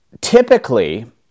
typically